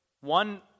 one